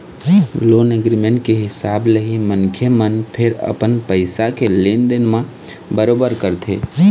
loan agreement के हिसाब ले ही मनखे मन फेर अपन पइसा के लेन देन ल बरोबर करथे